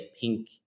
pink